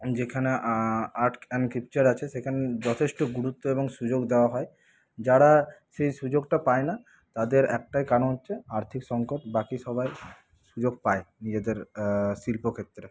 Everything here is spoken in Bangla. যেখানে আর্ট অ্যান্ড স্ক্রিপচার আছে সেখানে যথেষ্ট গুরুত্ব এবং সুযোগ দেওয়া হয় যারা সেই সুযোগটা পায় না তাদের একটাই কারণ হচ্ছে আর্থিক সংকট বাকি সবাই সুযোগ পায় নিজেদের শিল্পক্ষেত্রে